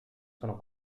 sono